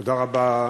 תודה רבה,